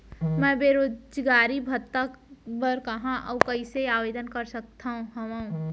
मैं बेरोजगारी भत्ता बर कहाँ अऊ कइसे आवेदन कर सकत हओं?